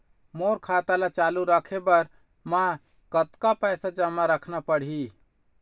मोर खाता ला चालू रखे बर म कतका पैसा जमा रखना पड़ही?